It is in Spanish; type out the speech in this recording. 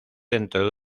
dentro